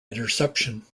interception